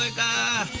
like da